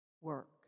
work